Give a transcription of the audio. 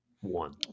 One